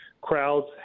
crowds